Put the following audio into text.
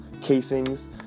casings